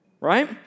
right